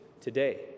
today